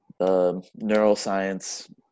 neuroscience